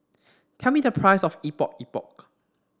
tell me the price of Epok Epok